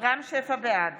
בעד